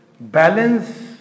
balance